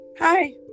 Hi